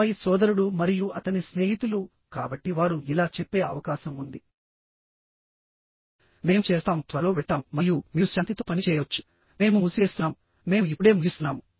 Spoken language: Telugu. ఆపై సోదరుడు మరియు అతని స్నేహితులు కాబట్టి వారు ఇలా చెప్పే అవకాశం ఉంది మేము చేస్తాము త్వరలో వెళ్తాము మరియు మీరు శాంతితో పని చేయవచ్చు మేము మూసివేస్తున్నాం మేము ఇప్పుడే ముగిస్తున్నాము